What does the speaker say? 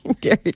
Gary